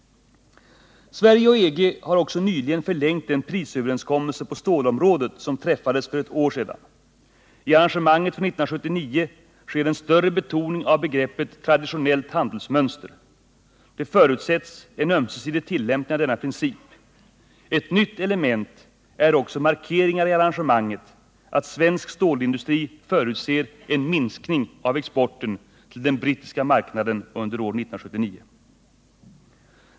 Sverige och EG har också nyligen förlängt den prisöverenskommelse på stålområdet som träffades för ett år sedan. I arrangemanget för 1979 sker en större betoning av begreppet traditionellt handelsmönster. Det förutsätts en ömsesidig tillämpning av denna princip. Ett nytt element är också markeringar i arrangemanget att svensk stålindustri förutser en minskning av exporten till den brittiska marknaden under år 1979.